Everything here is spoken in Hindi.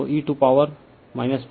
तो e टू पॉवर π l यह एक रियल नंबर है